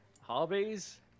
Hobbies